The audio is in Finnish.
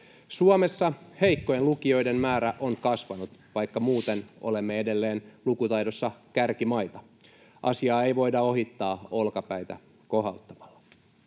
Suomessa heikkojen lukijoiden määrä on kasvanut, vaikka muuten olemme edelleen lukutaidossa kärkimaita. Asiaa ei voida ohittaa olkapäitä kohauttamalla.